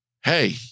hey